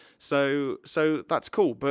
so, so that's cool, but